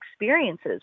experiences